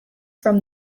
from